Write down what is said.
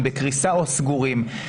הם בקריסה או סגורים.